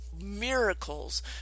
Miracles